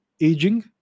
aging